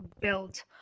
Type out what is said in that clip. built